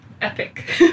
Epic